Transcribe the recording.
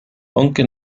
aunque